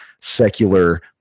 secular